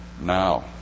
now